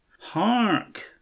Hark